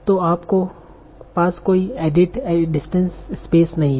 तो आप को पास कोई एडिट डिस्टेंस स्पेस नहीं है